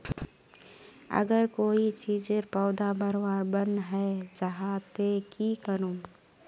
अगर कोई चीजेर पौधा बढ़वार बन है जहा ते की करूम?